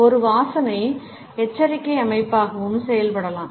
ஒரு வாசனை எச்சரிக்கை அமைப்பாகவும் செயல்படலாம்